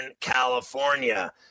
California